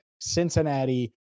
Cincinnati